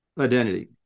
identity